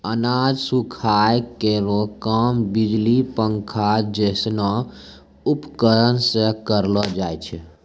अनाज सुखाय केरो काम बिजली पंखा जैसनो उपकरण सें करलो जाय छै?